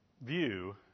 view